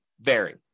vary